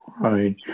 right